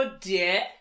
Dear